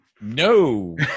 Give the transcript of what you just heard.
No